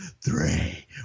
three